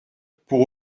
pour